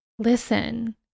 listen